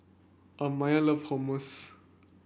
Amiah love Hummus